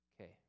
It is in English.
Okay